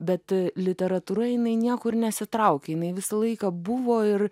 bet literatūra jinai niekur nesitraukė jinai visą laiką buvo ir